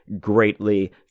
greatly